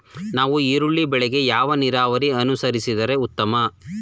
ನಾವು ಈರುಳ್ಳಿ ಬೆಳೆಗೆ ಯಾವ ನೀರಾವರಿ ಅನುಸರಿಸಿದರೆ ಉತ್ತಮ?